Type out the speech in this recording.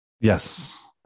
Yes